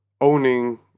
owning